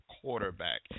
quarterback